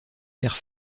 terre